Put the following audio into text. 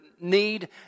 need